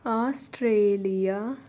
Australia